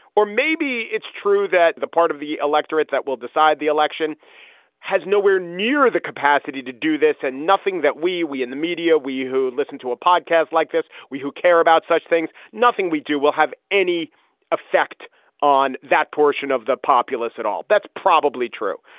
or maybe it's true that the part of the electorate that will decide the election has nowhere near the capacity to do this. and nothing that we we in the media, we who listen to a podcast like this, we who care about such things. nothing we do will have any effect on that portion of the populace at all. that's probably true.